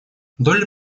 долли